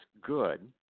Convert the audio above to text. good